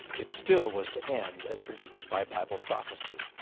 it still was to end as predicted by bible prophecy.